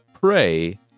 Prey